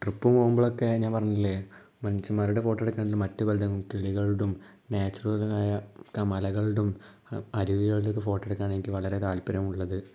trip പോകുമ്പോഴൊക്കെ ഞാൻ പറഞ്ഞില്ലേ മനുഷ്യന്മാരുടെ ഫോട്ടോ എടുക്കുന്നതിനെ കാട്ടിയും മറ്റ് പലതിൻ്റേയും കിളികളുടെയും നാച്ചുറലായ ക മലകളുടെയും അരുവികളുടെയും ഫോട്ടോ എടുക്കാനാണ് എനിക്ക് വളരെ താല്പര്യമുള്ളത്